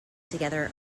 together